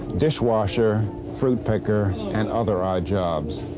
dishwasher, fruit picker, and other odd jobs.